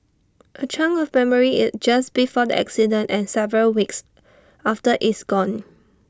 A chunk of memory IT just before the accident and several weeks after is gone